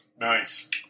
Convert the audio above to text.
Nice